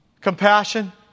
compassion